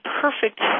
perfect